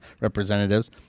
representatives